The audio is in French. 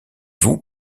vous